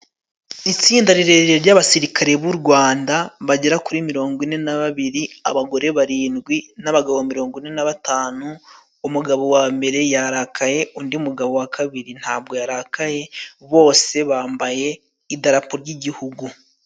Itsinda rirerire ry'abasirikare b'u Rwanda bagera kuri mirongo ine na babiri, abagore barindwi n'abagabo mirongo ine na batanu. Umugabo wa mbere yarakaye undi mugabo wa kabiri ntabwo yarakaye bose bambaye idarapo ry'igihugu.